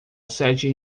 sete